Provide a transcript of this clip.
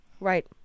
Right